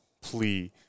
plea